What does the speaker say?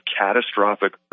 catastrophic